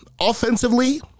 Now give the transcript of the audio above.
Offensively